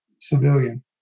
civilian